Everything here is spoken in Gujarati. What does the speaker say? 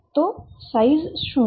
તો સાઈઝ શું છે